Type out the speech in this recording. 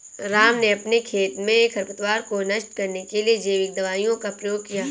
राम ने अपने खेत में खरपतवार को नष्ट करने के लिए जैविक दवाइयों का प्रयोग किया